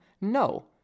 No